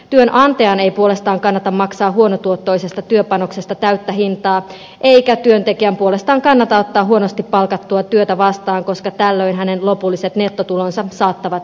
työnantajan ei puolestaan kannata maksaa huonotuottoisesta työpanoksesta täyttä hintaa eikä työntekijän puolestaan kannata ottaa huonosti palkattua työtä vastaan koska tällöin hänen lopulliset nettotulonsa saattavat jopa laskea